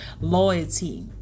loyalty